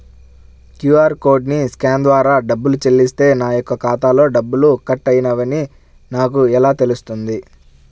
QR కోడ్ని scan ద్వారా డబ్బులు చెల్లిస్తే నా యొక్క ఖాతాలో డబ్బులు కట్ అయినవి అని నాకు ఎలా తెలుస్తుంది?